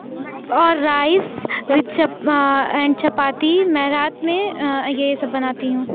اور rice with chip and chapati میں رات میں یہ سب بناتی ہوں